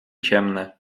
ciemne